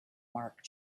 mark